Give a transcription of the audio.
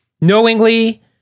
knowingly